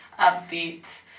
upbeat